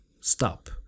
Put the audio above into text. stop